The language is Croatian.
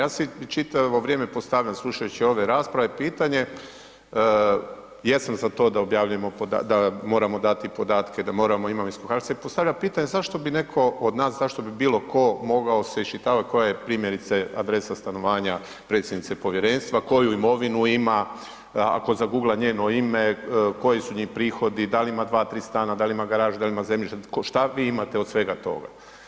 Ja si čitavo pitanje postavljam, slušajući ove rasprave, pitanje, jesam za to da objavljujemo, da moramo dati podatke, da moramo imovinsku karticu i postavljam pitanje zašto bi netko od nas, zašto bi bilo tko mogao se isčitavati koja je primjerice adresa stanovanja predsjednice povjerenstva, koju imovinu ima, ako zagugla njeno ime, koji su joj prihodi, da li ima dva, tri stana, da li ima garažu, da li ima zemljište, šta vi imate od svega toga?